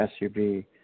SUV